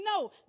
no